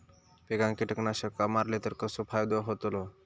पिकांक कीटकनाशका मारली तर कसो फायदो होतलो?